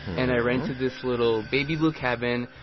and i rented this little baby blue cabin.